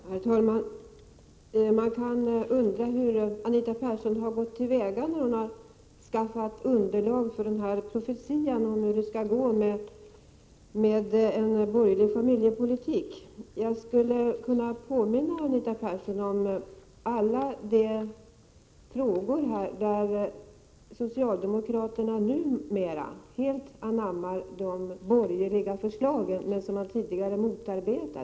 Herr talman! Man kan undra hur Anita Persson gått till väga när hon skaffat underlag till profetian om hur det skall gå med en borgerlig familjepolitik. Jag skulle kunna påminna Anita Persson om alla de frågor där socialdemokraterna numera helt anammar de borgerliga förslag som man tidigare motarbetat.